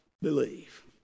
Believe